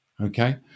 Okay